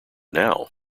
now